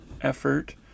effort